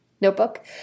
notebook